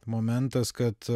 momentas kad